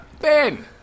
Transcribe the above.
Ben